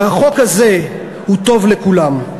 והחוק הזה הוא טוב לכולם,